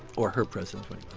or her presence when